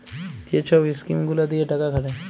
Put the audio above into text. যে ছব ইস্কিম গুলা দিঁয়ে টাকা খাটায়